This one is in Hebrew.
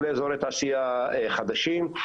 או לאזורי תעשייה חדשים.